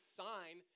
sign